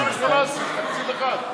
2017 ו-2018 זה תקציב אחד.